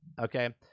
okay